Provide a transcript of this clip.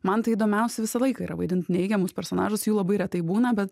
man tai įdomiausia visą laiką yra vaidint neigiamus personažus jų labai retai būna bet